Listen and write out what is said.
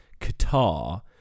Qatar